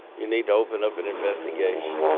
you need to open up an investigation.